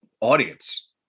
audience